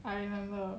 I remember